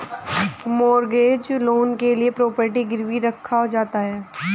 mortgage loan के लिए property गिरवी रखा जाता है